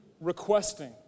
requesting